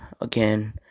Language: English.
again